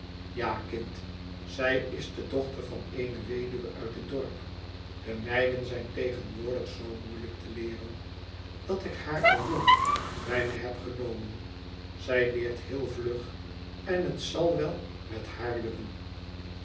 ja kind zij is de dochter van eene weduwe uit het dorp de meiden zijn tegenwoordig zoo moeielijk te leeren dat ik haar al jong bij mij heb genomen zij leert heel vlug en het zal wel met haar lukken